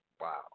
Wow